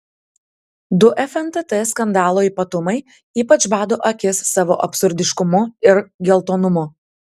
du fntt skandalo ypatumai ypač bado akis savo absurdiškumu ir geltonumu